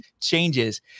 changes